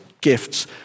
gifts